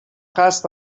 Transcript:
قصد